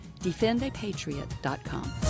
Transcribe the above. defendapatriot.com